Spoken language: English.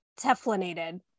teflonated